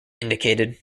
indicated